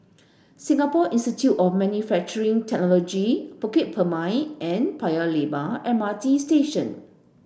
Singapore Institute of Manufacturing Technology Bukit Purmei and Paya Lebar M R T Station